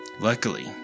Luckily